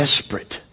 desperate